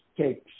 takes